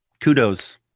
Kudos